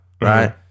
right